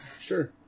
Sure